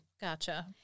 Gotcha